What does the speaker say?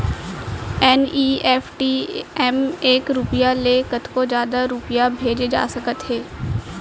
NEFT म एक रूपिया ले कतको जादा रूपिया भेजे जा सकत हे